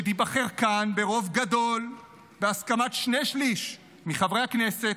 שתיבחר כאן ברוב גדול בהסכמת שני שליש מחברי הכנסת,